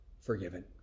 forgiven